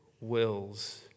wills